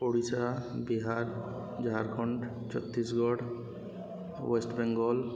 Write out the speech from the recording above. Odisha Bihar Jharkhand Chhattisgarh West Bengal